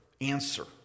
answer